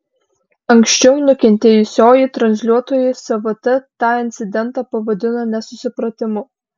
anksčiau nukentėjusioji transliuotojui svt tą incidentą pavadino nesusipratimu